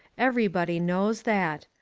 everybody knows that.